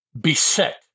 beset